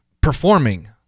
performing